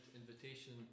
invitation